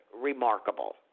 remarkable